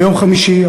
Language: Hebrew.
ביום חמישי,